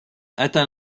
atteint